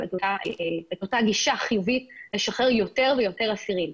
לא רואים את אותה גישה חיובית לשחרר יותר ויותר אסירים.